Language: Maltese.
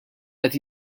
qed